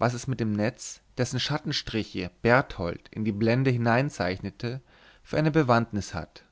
was es mit dem netz dessen schattenstriche berthold in die blende hineinzeichnete für eine bewandtnis hat